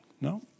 no